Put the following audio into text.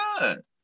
good